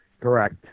Correct